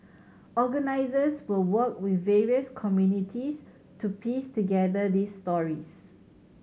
organisers will work with various communities to piece together these stories